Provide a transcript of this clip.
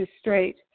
straight